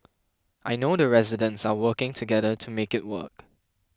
I know the residents are working together to make it work